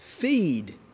Feed